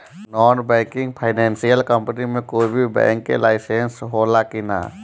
Non banking financial company मे कोई भी बैंक के लाइसेन्स हो ला कि ना?